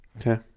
Okay